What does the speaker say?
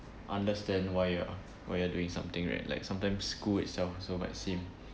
understand why you're why you're doing something right like sometimes school itself also might seem